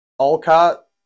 Alcott